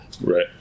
right